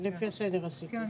לפי הסדר עשיתי.